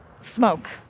smoke